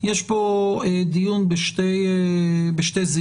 יש פה דיון בשתי זירות: